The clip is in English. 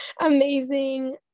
amazing